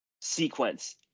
sequence